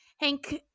Hank